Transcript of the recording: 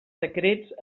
secrets